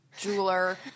jeweler